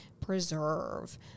preserve